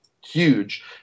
huge